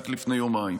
רק לפני יומיים,